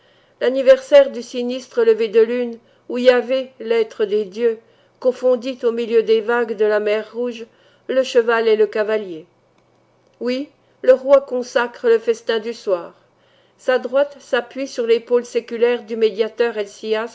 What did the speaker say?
l'anniversaire du sinistre lever de lune où iahvè lêtre des dieux confondit au milieu des vagues de la mer rouge le cheval et le cavalier oui le roi consacre le festin du soir sa droite s'appuie sur l'épaule séculaire du médiateur